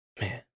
Man